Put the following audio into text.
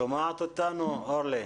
שומעת אותנו אורלי?